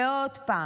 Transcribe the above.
ועוד פעם,